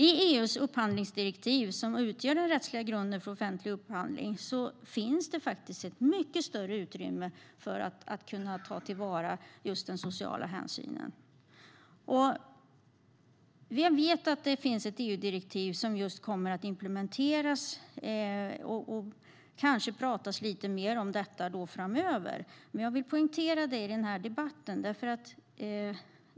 I EU:s upphandlingsdirektiv, som utgör den rättsliga grunden för offentlig upphandling, finns det ett mycket större utrymme för att kunna ta till vara den sociala hänsynen. Jag vet att det finns ett EU-direktiv som kommer att implementeras, så det kanske kommer att pratas lite mer om detta framöver. Jag vill poängtera denna fråga i den här debatten.